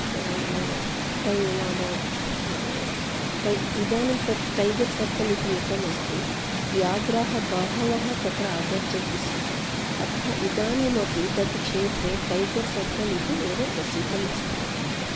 टय् नाम टय् इदानिं तत् टैगर् सर्कल् इति एकम् अस्ति व्याघ्राः बहवः तत्र आगच्छन्ति स्म अतः इदानिम् अपि तत् क्षेत्रे टैगर् सर्कल् इति एव प्रसिद्धम् अस्ति